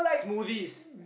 smoothies